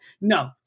No